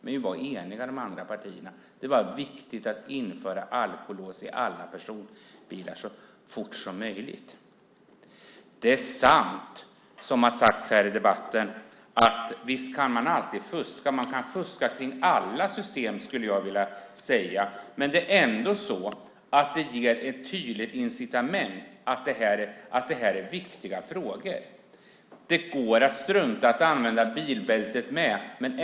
Men vi i de andra partierna var eniga. Det var viktigt att införa alkolås i alla personbilar så fort som möjligt. Det är sant som har sagts här i debatten att man alltid kan fuska. Man kan fuska i alla system, skulle jag vilja säga. Men det visar ändå tydligt att det här är viktiga frågor. Det går att strunta i att använda bilbältet också.